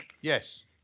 Yes